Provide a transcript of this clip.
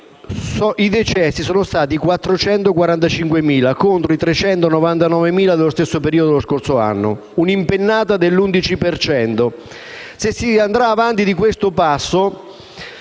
i decessi sono stati 445.000 contro i 399.000 dello stesso periodo dello scorso anno, un'impennata dell'11